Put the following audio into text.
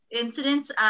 incidents